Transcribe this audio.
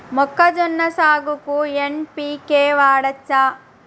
మొక్కజొన్న సాగుకు ఎన్.పి.కే వాడచ్చా?